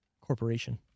Corporation